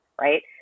right